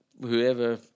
whoever